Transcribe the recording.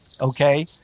okay